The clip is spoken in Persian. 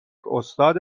استاد